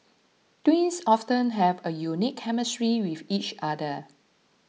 twins often have a unique chemistry with each other